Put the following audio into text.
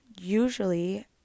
usually